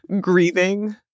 grieving